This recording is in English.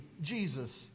Jesus